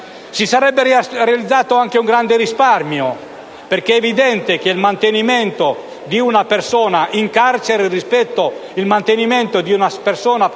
Si sarebbe realizzato anche un grande risparmio. È evidente, infatti, che il mantenimento di una persona in carcere, rispetto al mantenimento di una persona presso